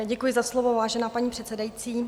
Děkuji za slovo, vážená paní předsedající.